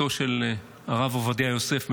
בתו של הרב עובדיה יוסף,